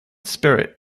spirit